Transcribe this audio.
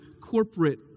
corporate